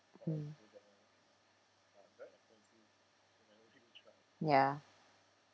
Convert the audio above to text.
mm ya